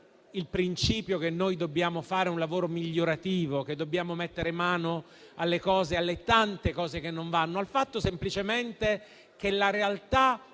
il principio per cui dobbiamo fare un lavoro migliorativo, che dobbiamo mettere mano alle tante cose che non vanno, prendendo atto semplicemente che la realtà